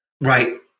right